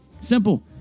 simple